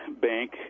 Bank